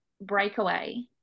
breakaway